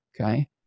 okay